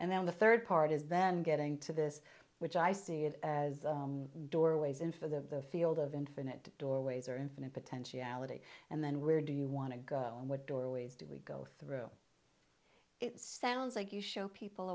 and then the third part is then getting to this which i see it as doorways in for the field of infinite doorways or infinite potentiality and then where do you want to go and what doorways do we go through it sounds like you show people